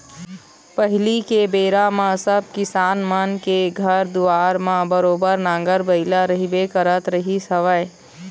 पहिली के बेरा म सब किसान मन के घर दुवार म बरोबर नांगर बइला रहिबे करत रहिस हवय